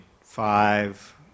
five